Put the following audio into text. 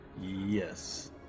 Yes